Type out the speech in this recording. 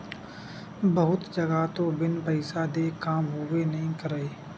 बहुत जघा तो बिन पइसा देय काम होबे नइ करय